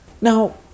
Now